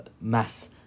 mass